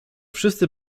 wszyscy